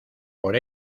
por